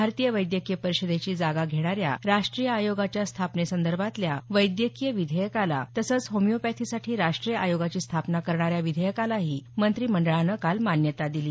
भारतीय वैद्यकीय परिषदेची जागा घेणाऱ्या राष्ट्रीय आयोगाच्या स्थापनेसंदर्भातल्या वैद्यकीय विधेयकाला तसंच होमिओपॅथीसाठी राष्ट्रीय आयोगाची स्थापना करणाऱ्या विधेयकालाही मंत्रिमंडळानं काल मान्यता दिली